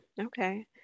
Okay